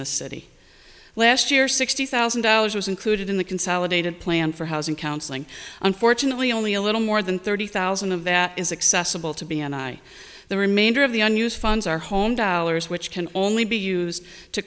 the city last year sixty thousand dollars was included in the consolidated plan for housing counseling unfortunately only a little more than thirty thousand of that is accessible to b n i the remainder of the unused funds are home dollars which can only be used to